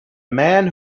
man